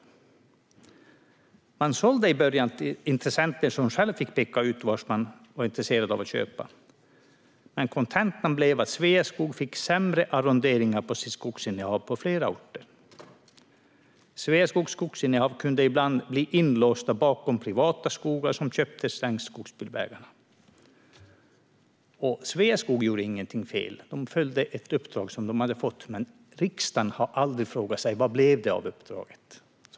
Sveaskog sålde i början till intressenter som själva fick peka ut vad de var intresserade av att köpa. Men kontentan blev att Sveaskog fick sämre arrondering på sitt skogsinnehav på flera orter. Sveaskogs skogsinnehav kunde ibland bli inlåsta bakom privata skogar som köptes längs skogsbilvägarna. Sveaskog gjorde ingenting fel; de följde ett uppdrag som de hade fått. Men riksdagen har aldrig frågat sig vad det blev av uppdraget.